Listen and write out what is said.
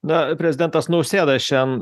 na prezidentas nausėda šian